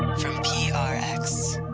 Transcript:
from prx,